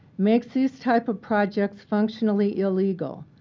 makes these type of projects functionally illegal,